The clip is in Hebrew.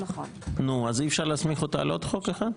אז אי-אפשר להסמיך אותה לעוד חוק אחד?